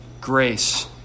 grace